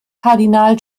kardinal